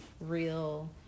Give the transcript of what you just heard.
Real